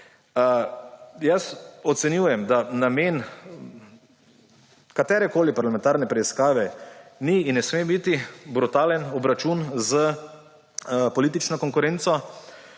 Jaz ocenjujem, da namen katerekoli parlamentarne preiskave ni in ne sme biti brutalen obračun s politično konkurenco,